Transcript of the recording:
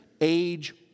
age